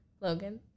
Logan